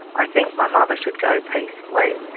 i think my mother should go peacefully.